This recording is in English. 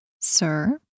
sir